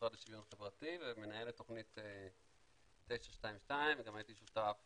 במשרד לשוויון חברתי ומנהל את תוכנית 922 וגם הייתי שותף